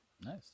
Nice